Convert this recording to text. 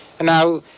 Now